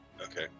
Okay